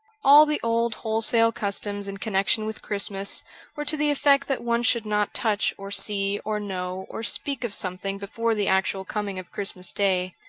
all the old wholesome customs in connexion with christmas were to the effect that one should not touch or see or know or speak of something before the actual coming of christmas day.